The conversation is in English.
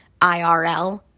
IRL